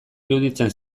iruditzen